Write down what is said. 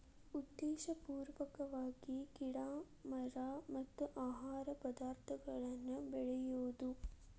ಉದ್ದೇಶಪೂರ್ವಕವಾಗಿ ಗಿಡಾ ಮರಾ ಮತ್ತ ಆಹಾರ ಪದಾರ್ಥಗಳನ್ನ ಬೆಳಿಯುದು